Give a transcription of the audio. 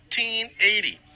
1880